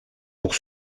pour